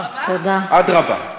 אדרבה ואדרבה.